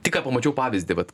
tik ką pamačiau pavyzdį vat